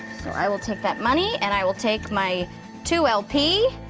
so i will take that money and i will take my two lp. ooh.